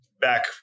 Back